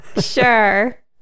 Sure